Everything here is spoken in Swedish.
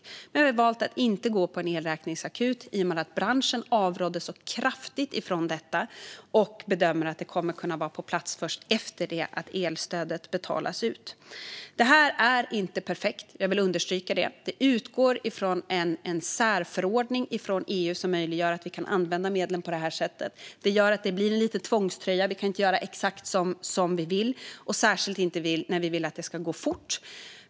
Vi har också valt att inte gå på en elräkningsakut i och med att branschen avrådde så kraftigt från detta. Vi bedömer att en sådan kommer att kunna vara på plats först efter det att elstödet har betalats ut. Det här är inte perfekt; jag vill understryka det. Det utgår ifrån en särförordning från EU som möjliggör att vi kan använda medlen på det här sättet. Det gör att det blir lite tvångströja, och vi kan inte göra exakt som vi vill - särskilt eftersom vi vill att det ska gå fort.